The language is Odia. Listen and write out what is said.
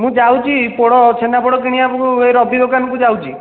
ମୁଁ ଯାଉଛି ପୋଡ଼ ଛେନାପୋଡ଼ କିଣିବାକୁ ଏ ରବି ଦୋକାନକୁ ଯାଉଛି